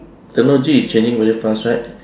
technology is changing very fast right